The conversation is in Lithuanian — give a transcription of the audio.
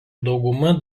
daugumą